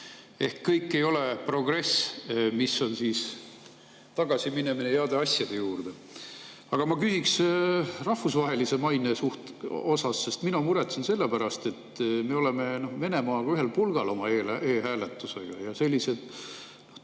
Ehk kõik ei ole alati progress, vaid on ka tagasiminemist heade asjade juurde. Aga ma küsin rahvusvahelise maine kohta, sest mina muretsen selle pärast, et me oleme Venemaaga ühel pulgal oma e‑hääletusega ja sellised